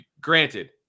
granted